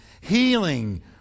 healing